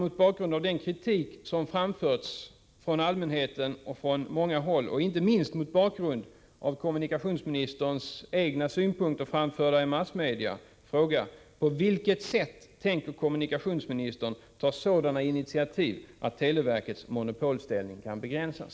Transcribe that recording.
Mot bakgrund av den kritik som framförts från allmänheten och från många andra håll, och inte minst mot bakgrund av kommunikationsministerns egna synpunkter, framförda i massmedia, vill jag fråga: På vilket sätt tänker kommunikationsministern ta sådana initiativ att televerkets monopolställning kan begränsas?